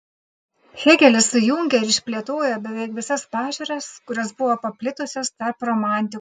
hėgelis sujungė ir išplėtojo beveik visas pažiūras kurios buvo paplitusios tarp romantikų